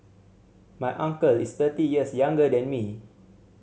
my uncle is thirty years younger than me